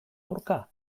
aurka